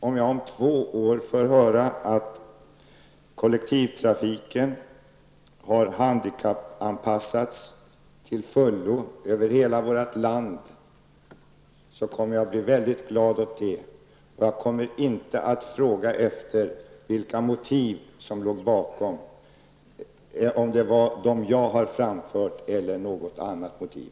Om jag om två år får höra att kollektivtrafiken har handikappanpassats till fullo över hela vårt land, kommer jag att bli mycket glad över det. Jag kommer då inte att fråga om de bakomliggande motiven. Det väsentliga är inte om de bakomliggande motiven är de motiv som jag har framfört eller om det är några andra.